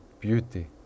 beauty